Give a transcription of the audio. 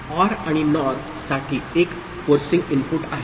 OR आणि NOR साठी 1 हे फोर्सिंग इनपुट आहे